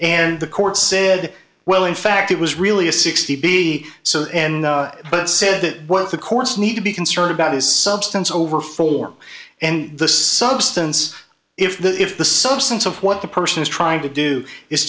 and the court said well in fact it was really a sixty be so and but said that what the courts need to be concerned about is substance over form and the substance if the if the substance of what the person is trying to do is